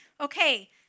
Okay